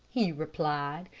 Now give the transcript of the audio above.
he replied,